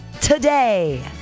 today